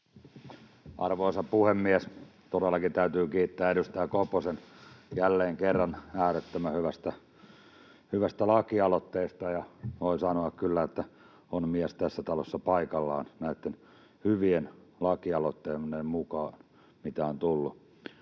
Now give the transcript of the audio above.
Arvoisa puhemies! Todellakin täytyy kiittää edustaja Koposta jälleen kerran äärettömän hyvästä lakialoitteesta. Voi sanoa kyllä, että on mies tässä talossa paikallaan näitten hyvien lakialoitteiden mukaan, mitä on tullut.